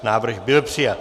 Návrh byl přijat.